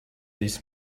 this